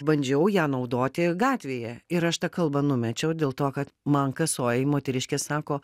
bandžiau ją naudoti gatvėje ir aš tą kalbą numečiau dėl to kad man kasoj moteriškė sako